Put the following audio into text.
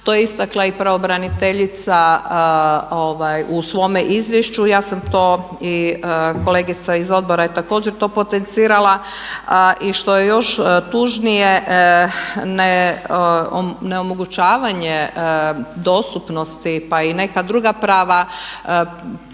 to je istakla i pravobraniteljica u svome izvješću. Ja sam to i kolegica iz odbora je to također potencirala i što je još tužnije ne omogućavanje dostupnosti pa i neka druga prava